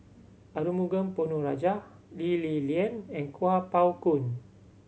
Arumugam Ponnu Rajah Lee Li Lian and Kuo Pao Kun